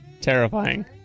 Terrifying